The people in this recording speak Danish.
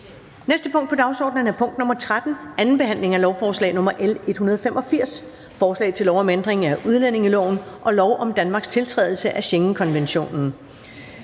næste punkt på dagsordenen er: 13) 2. behandling af lovforslag nr. L 185: Forslag til lov om ændring af udlændingeloven og lov om Danmarks tiltrædelse af Schengenkonventionen.